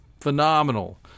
phenomenal